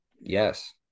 Yes